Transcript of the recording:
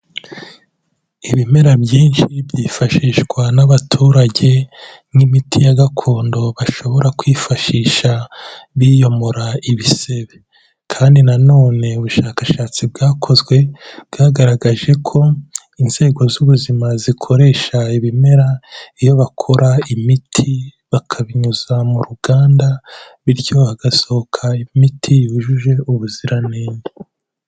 Ibimera byinshi byifashishwa n'abaturage nk'imiti ya gakondo bashobora kwifashisha biyomora ibisebe. Kandi na none ubushakashatsi bwakozwe bwagaragaje ko, inzego z'ubuzima zikoresha ibimera, iyo bakora imiti bakabinyuza mu ruganda bityo hagasohoka imiti yujuje ubuziranenge.